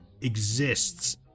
exists